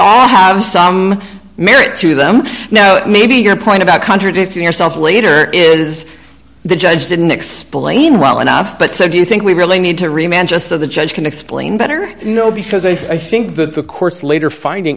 all have some merit to them now maybe your point about contradicting yourself later is the judge didn't explain well enough but so do you think we really need to remain just so the judge can explain better no because i think that the court's later finding